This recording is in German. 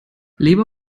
leber